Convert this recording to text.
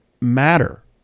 matter